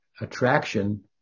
attraction